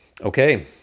Okay